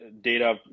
data